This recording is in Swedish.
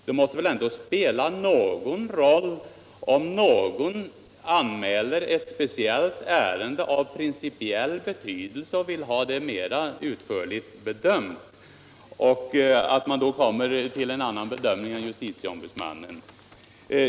Det måste väl ändå spela någon roll om någon anmäler ett speciellt ärende av principiell betydelse och vill ha det mera utförligt bedömt och därvid kommer till en annan bedömning än JO!